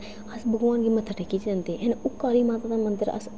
अस भगवान गी मत्थै टेकियै जंदे हे ओह् काली माता दा मंदर अस